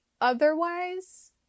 otherwise